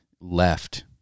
left